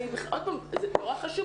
עוד פעם זה מאוד חשוב,